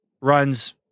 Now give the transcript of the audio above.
runs